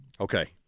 Okay